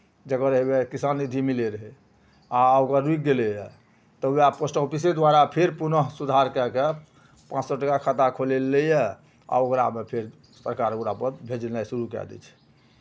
जकर हउएह किसान निधि मिलैत रहै आ ओकर रुकि गेलैए तऽ ओकरा पोस्ट ऑफिसे द्वारा फेर पुनः सुधार कए कऽ पाँच सए टाका खाता खोलय लए लैए आ ओकरामे फेर सरकार ओकरापर भेजनाइ शुरू कए दै छै